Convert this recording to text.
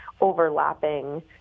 overlapping